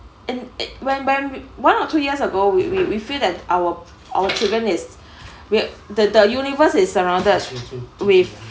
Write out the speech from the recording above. in it when when one or two years ago we we we feel that our our children is weird the the universe is surrounded with